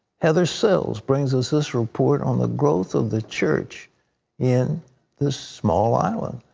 heather sells brings us this report on the growth of the church in this small island.